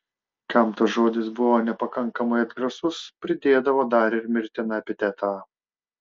kam tas žodis buvo nepakankamai atgrasus pridėdavo dar ir mirtiną epitetą